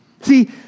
See